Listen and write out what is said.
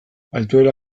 altuera